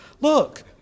look